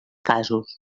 casos